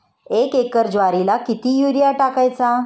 एक एकर ज्वारीला किती युरिया टाकायचा?